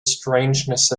strangeness